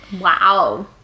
Wow